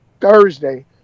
Thursday